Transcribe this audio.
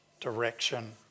direction